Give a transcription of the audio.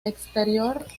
exterior